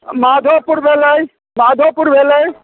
माधोपुर भेलै माधोपुर भेलै